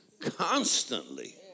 constantly